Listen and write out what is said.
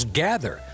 gather